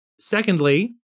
Secondly